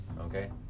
Okay